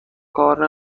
کار